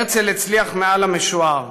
הרצל הצליח מעל למשוער,